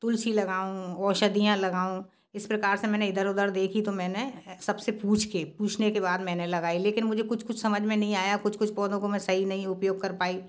तुलसी लगाऊँ औषधियाँ लगाऊँ इस प्रकार से मैंने इधर उधर देखा तो मैंने सब से पूछ कर पूछने के बाद मैंने लगाई लेकिन मुझे कुछ कुछ समझ मे नहीं आया कुछ कुछ पौधों को मैं सही नहीं उपयोग कर पाई